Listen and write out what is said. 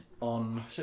on